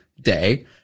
day